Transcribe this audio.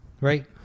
Right